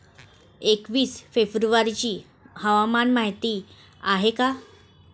एकवीस फेब्रुवारीची हवामान माहिती आहे का?